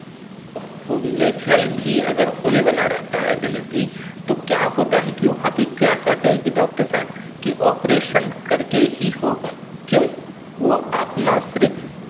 हो नेचुरल भी अगर होने वाला रहता है डिलीवरी तो क्या होता है कि वहाँ पे क्या कहते हैं कि डाक्टर साहब कि ऑपरेशन कर के ही होगा क्यों वो अपना सिर्फ